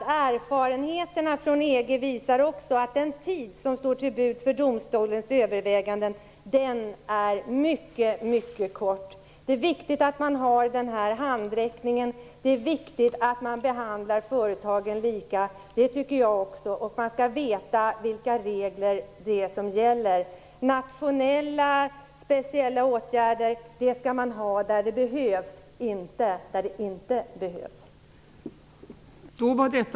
Erfarenheterna från EG visar också att den tid som står till buds för domstolens överväganden är mycket kort. Det är viktigt att man har den här handräckningen, det är viktigt att man behandlar företagen lika. Det tycker jag också. Man skall veta vilka regler det är som gäller. Nationella speciella åtgärder skall man ha där de behövs, inte där de inte behövs.